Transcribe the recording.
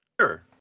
Sure